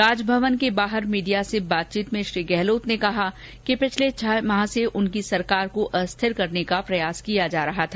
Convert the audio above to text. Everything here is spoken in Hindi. राजभवन के बाहर मीडिया से बातचीत में श्री गहलोत ने कहा कि पिछले छह माह से उनकी सरकार को अस्थिर करने का प्रयास किया जा रहा था